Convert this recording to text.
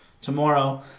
tomorrow